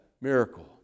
miracle